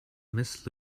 mrs